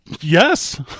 Yes